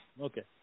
Okay